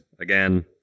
Again